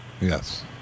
Yes